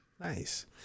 Nice